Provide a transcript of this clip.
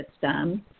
system